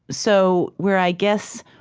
so where, i guess,